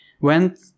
went